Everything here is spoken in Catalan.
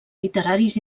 literaris